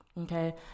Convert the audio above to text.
okay